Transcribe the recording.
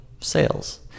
Sales